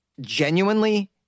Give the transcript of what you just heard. genuinely